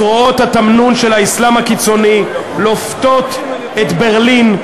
זרועות התמנון של האסלאם הקיצוני לופתות את ברלין,